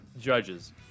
judges